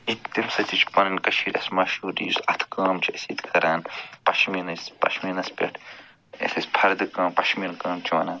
تَمہِ سۭتۍ تہِ چھِ پَنٕنۍ کٔشیٖر اَسہِ مشہوٗر یُس اَتھٕ کٲم چھِ أسۍ ییٚتہِ کران پشمیٖنٕچ پشمیٖنَس پٮ۪ٹھ یَتھ أسۍ فردٕ کٲم پشمیٖنہٕ کٲم چھِ وَنان